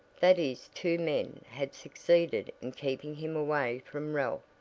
that is two men had succeeded in keeping him away from ralph,